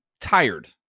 tired